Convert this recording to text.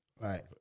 Right